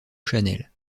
chanel